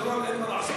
אדוני השר,